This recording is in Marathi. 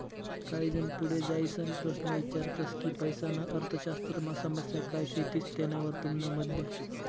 काही जन पुढे जाईसन प्रश्न ईचारतस की पैसाना अर्थशास्त्रमा समस्या काय शेतीस तेनावर तुमनं मत द्या